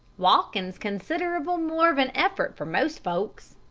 walkin's considerable more of an effort for most folks.